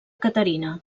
caterina